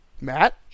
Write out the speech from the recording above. Matt